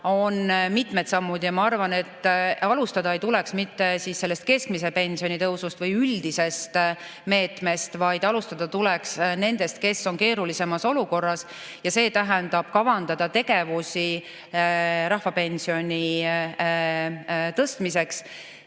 mitmeid samme. Ma arvan, et alustada ei tuleks mitte sellest keskmise pensioni tõusust või üldisest meetmest, vaid alustada tuleks nendest, kes on keerulisemas olukorras. See tähendab, kavandada tegevusi rahvapensioni tõstmiseks.